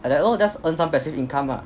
like that lor just earn some passive income lah